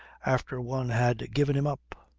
after one had given him up.